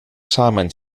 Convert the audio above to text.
salmon